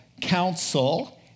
council